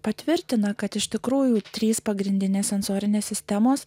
patvirtina kad iš tikrųjų trys pagrindinės sensorinės sistemos